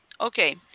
okay